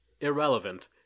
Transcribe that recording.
irrelevant